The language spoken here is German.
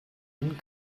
ihnen